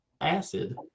acid